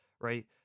right